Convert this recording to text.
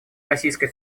российской